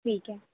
ٹھیک ہے